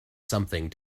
something